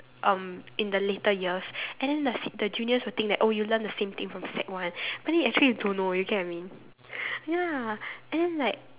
um in the later years and then the the juniors will think that oh you learn the same thing from sec one but then you actually you don't know you get what I mean ya and then like